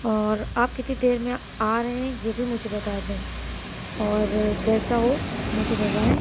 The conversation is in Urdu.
اور آپ کتنی دیر میں آ رہے ہیں یہ بھی مجھے بتا دیں اور جیسا ہو مجھے بتائیں